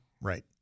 right